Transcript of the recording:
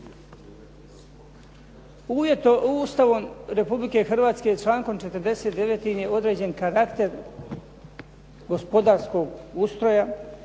Ustavom Republike Hrvatske, člankom 49. je određen karakter gospodarskog ustroja,